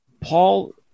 paul